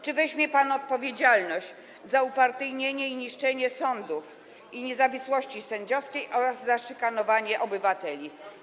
Czy weźmie pan odpowiedzialność za upartyjnienie i niszczenie sądów i niezawisłości sędziowskiej oraz za szykanowanie obywateli?